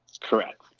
Correct